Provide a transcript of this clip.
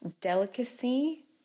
delicacy